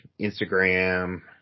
Instagram